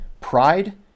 Pride